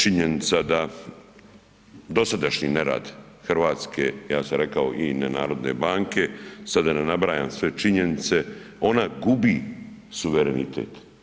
Činjenica da dosadašnji nerad Hrvatske i ja sam rekao i nenarodne banke, sada da ne nabrajam sve činjenice, ona gubi suverenitet.